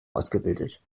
ausgebildet